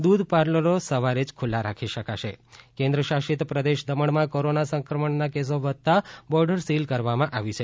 દૂધ પાર્લરો સવારે જ ખુલ્લા રાખી શકાશે કેન્દ્ર શાસિત પ્રદેશ દમણમાં કોરોના સંક્રમણના કેસો વધતા બોર્ડર સીલ કરવામાં આવી છે